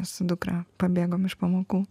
su dukra pabėgom iš pamokų